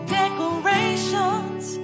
decorations